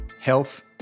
health